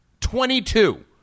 Twenty-two